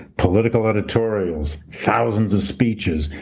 political editorials, thousands of speeches,